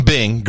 Bing